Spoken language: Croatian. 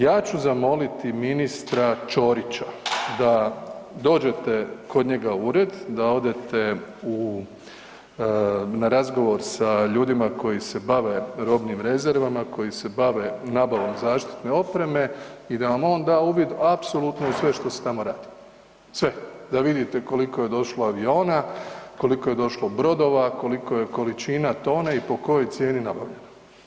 Ja ću zamoliti ministra Ćorića da dođete kod njega u ured, da odete na razgovor sa ljudima koji se bave sa robnim rezervama, koji se bave nabavom zaštitne opreme i da vam on da uvid u apsolutno sve što se tamo radi, sve da vidite koliko je došlo aviona, koliko je došlo brodova, koliko je količina tone i po kojoj cijeni nabavljeno.